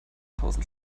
tausend